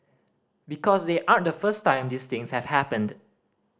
because they aren't the first time these things have happened